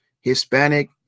Hispanic